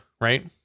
right